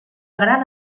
gran